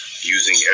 using